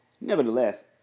Nevertheless